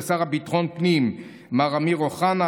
לשר לביטחון הפנים מר אמיר אוחנה,